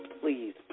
please